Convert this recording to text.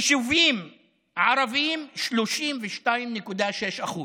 ביישובים ערביים, 32.6%,